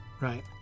right